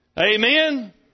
Amen